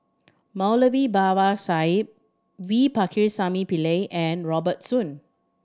Moulavi Babu Sahib V Pakirisamy Pillai and Robert Soon